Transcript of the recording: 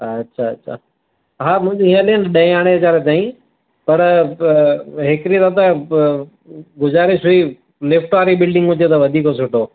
अछा अछा हा मुंहिंजो हीउ हलेसि ॾह यारहें हज़ार ताईं पर हिकिड़ी दादा गुज़ारिश हुई लिफ्ट वारी बिल्डिंग हुजे त वधीक सुठो